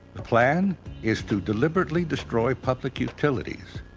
plan is to deliberately destroy public utilities.